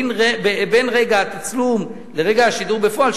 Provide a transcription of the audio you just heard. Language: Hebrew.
בין רגע התצלום לרגע השידור בפועל,